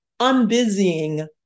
unbusying